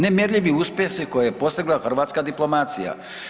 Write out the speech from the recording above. Nemjerljivi uspjesi koja je postigla hrvatska diplomacija.